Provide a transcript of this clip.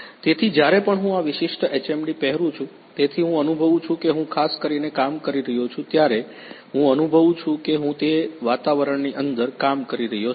તેથી જ્યારે પણ હું આ વિશિષ્ટ HMD પહેરું છું તેથી હું અનુભવું છું કે હું ખાસ કરીને કામ કરી રહ્યો છું ત્યારે હું અનુભવું છું કે હું તે વાતાવરણની અંદર કામ કરી રહ્યો છું